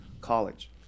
college